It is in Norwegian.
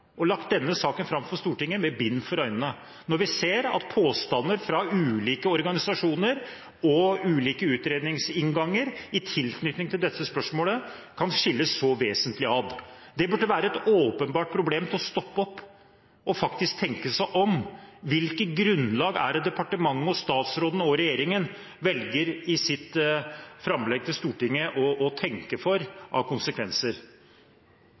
har lagt saken fram for Stortinget med bind for øynene – når vi ser at påstander fra ulike organisasjoner og ulike utredningsinnganger i tilknytning til dette spørsmålet kan skilles så vesentlig ad. Det burde være et åpenbart problem som gjør at man stopper opp og faktisk tenker seg om: Hvilket grunnlag er det departementet – statsråden og regjeringen – velger i sitt framlegg til Stortinget når det gjelder å tenke konsekvenser?